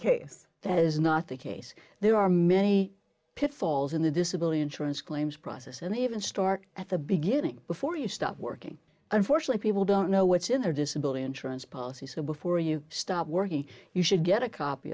case that is not the case there are many pitfalls in the disability insurance claims process and even start at the beginning before you stop working unfortunately people don't know what's in their disability insurance policy so before you stop working you should get a copy